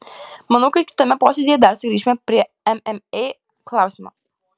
manau kad kitame posėdyje dar sugrįšime prie mma klausimo